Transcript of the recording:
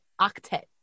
octet